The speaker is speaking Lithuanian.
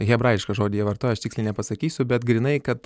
hebrajišką žodį jie vartoja aš tiksliai nepasakysiu bet grynai kad